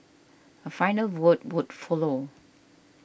a final vote would follow